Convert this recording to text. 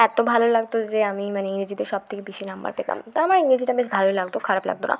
এতো ভালো লাগতো যে আমি মানে ইংরেজিতে সবথেকে বেশি নম্বর পেতাম তো আমার ইংরেজিটা বেশ ভালোই লাগদো খারাপ লাগতো না